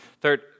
Third